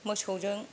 मोसौजों